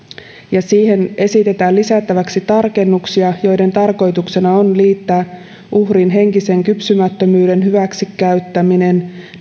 siihen esitetään lisättäväksi tarkennuksia joiden tarkoituksena uhrin henkisen kypsymättömyyden hyväksi käyttäminen